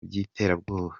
by’iterabwoba